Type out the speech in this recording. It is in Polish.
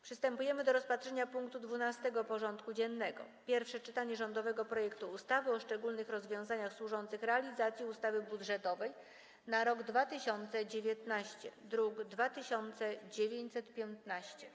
Przystępujemy do rozpatrzenia punktu 12. porządku dziennego: Pierwsze czytanie rządowego projektu ustawy o szczególnych rozwiązaniach służących realizacji ustawy budżetowej na rok 2019 (druk nr 2915)